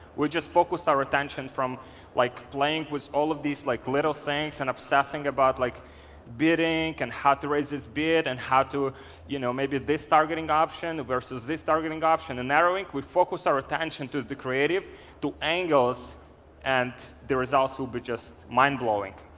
we just focused our attention from like playing with all of these like little things and obsessing about like bidding, and how to raise this bid, and how to you know maybe this targeting option versus this targeting option, and narrowing we focused our attention to the creative too angles and the results will be just mind-blowing.